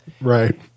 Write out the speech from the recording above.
right